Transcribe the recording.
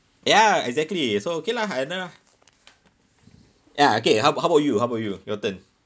ya exactly so okay lah I know ya okay how how about you how about you your turn